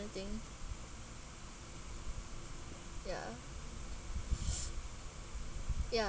thing ya ya